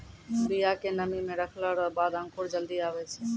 बिया के नमी मे रखलो रो बाद अंकुर जल्दी आबै छै